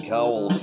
Cowl